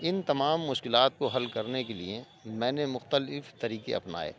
ان تمام مشکلات کو حل کرنے کے لیے میں نے مختلف طریقے اپنائے